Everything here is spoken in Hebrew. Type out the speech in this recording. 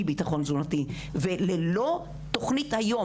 אי ביטחון תזונתי וללא תוכנית היום,